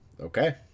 okay